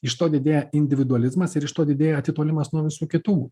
iš to didėja individualizmas ir iš to didėja atitolimas nuo visų kitų